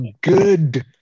good